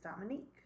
Dominique